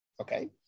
okay